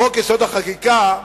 חוק-יסוד: החקיקה,